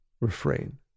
refrain